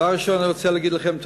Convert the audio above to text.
דבר ראשון אני רוצה להגיד לכם,